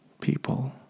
people